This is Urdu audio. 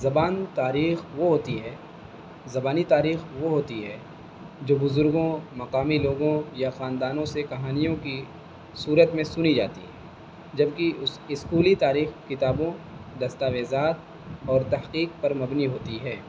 زبان تاریخ وہ ہوتی ہے زبانی تاریخ وہ ہوتی ہے جو بزرگوں مقامی لوگوں یا خاندانوں سے کہانیوں کی صورت میں سنی جاتی ہے جبکہ اس اسکولی تاریخ کتابوں دستاویزات اور تحقیق پر مبنی ہوتی ہے